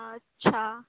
اچھا